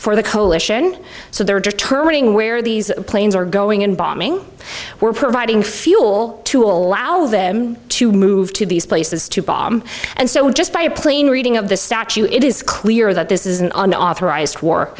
for the coalition so they're determining where these planes are going in bombing were providing fuel to allow them to move to these places to bomb and so just by plane reading of the statue it is clear that this is an unauthorized war